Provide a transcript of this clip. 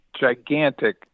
gigantic